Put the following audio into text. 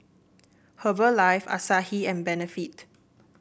Herbalife Asahi and Benefit